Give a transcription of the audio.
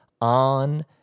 On